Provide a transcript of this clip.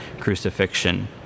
crucifixion